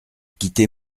quitté